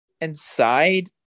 inside